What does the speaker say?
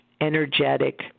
energetic